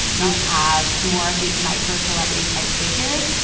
you have more of these micro celebrity type figures.